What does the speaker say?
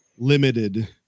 limited